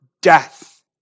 death